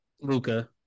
Luka